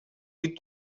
des